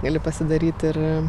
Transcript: gali pasidaryti ir